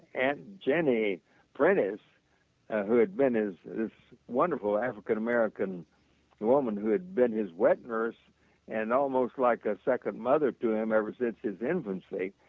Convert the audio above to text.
and jenny prentiss ah who had been his wonderful african-american women who had been his wet nurse and almost like a second mother to him ever since his infancy.